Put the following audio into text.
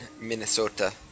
Minnesota